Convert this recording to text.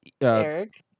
Eric